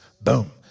Boom